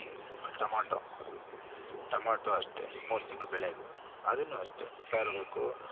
tomato tomato ಅಷ್ಟೆ ಮೂರು ತಿಂಗಳ ಬೆಳೆ ಅದು ಅದನ್ನೂ ಅಷ್ಟೆ ತರಬೇಕು